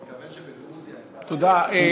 הוא מתכוון שבגרוזיה אין בעיה,